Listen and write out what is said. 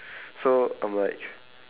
so I'm like